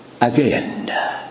again